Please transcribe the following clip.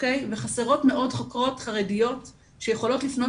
וחסרות מאוד חוקרות חרדיות שיכולות לפנות